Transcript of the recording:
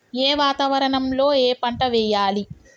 ఏ వాతావరణం లో ఏ పంట వెయ్యాలి?